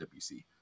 WC